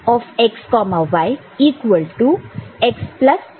तो Fxy equal to x plus x prime y है